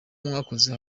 mwakoze